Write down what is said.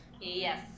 Yes